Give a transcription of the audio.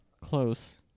Close